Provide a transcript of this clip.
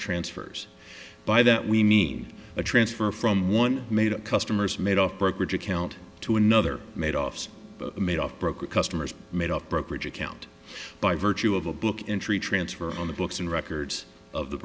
transfers by that we mean a transfer from one made a customer's made off brokerage account to another made offs made off brokerage customers made up brokerage account by virtue of a book entry transfer on the books and records of the